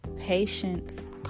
Patience